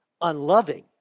unloving